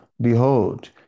behold